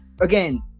Again